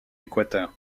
équateur